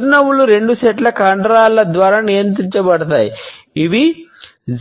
చిరునవ్వులు రెండు సెట్ల కండరాల ద్వారా నియంత్రించబడతాయి ఇవి